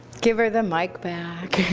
give her the mike back.